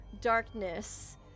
darkness